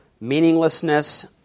meaninglessness